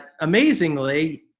amazingly